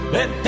Let